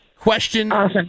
Question